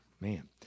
man